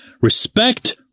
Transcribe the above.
respect